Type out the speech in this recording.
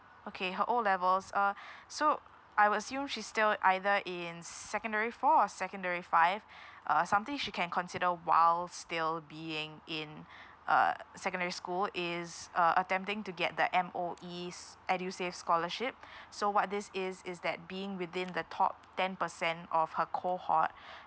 okay her O levels uh so I will assume she's still either in secondary four or secondary five uh something she can consider while still being in uh secondary school is uh attempting to get the M_O_E's edusave scholarship so what this is is that being within the top ten percent of her cohort